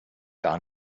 gar